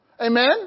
Amen